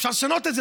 אפשר לשנות את זה,